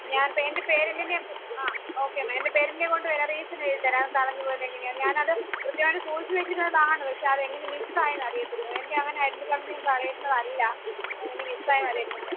ഞാൻ എൻ്റെ പേരെൻ്റിനെ ആ ഓക്കെ മാം എൻ്റെ പേരെൻ്റിനേം കൊണ്ടുവരാം റീസൺ എഴുതിത്തരാം കളഞ്ഞുപോയത് എങ്ങനെയാന്ന് ഞാനത് കൃത്യമായിട്ട് സൂക്ഷിച്ചുവച്ചിരുന്നതാണ് പക്ഷെ അതെങ്ങനെ മിസ്സായെന്ന് അറിയത്തില്ല എൻ്റെ അങ്ങനെ ഐഡൻ്റിറ്റി കാർഡൊന്നും ഞാൻ കളയുന്നതല്ല എങ്ങനെ മിസായെന്ന് അറിയത്തില്ല